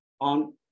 on